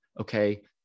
okay